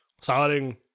starting